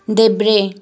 देब्रे